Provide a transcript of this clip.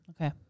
Okay